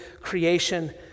creation